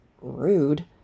Rude